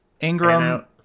ingram